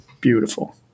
beautiful